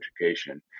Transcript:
education